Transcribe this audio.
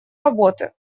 работы